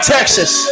Texas